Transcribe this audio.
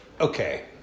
Okay